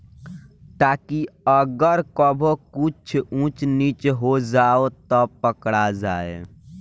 ताकि अगर कबो कुछ ऊच नीच हो जाव त पकड़ा जाए